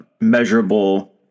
measurable